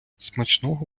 смачного